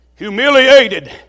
Humiliated